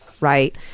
right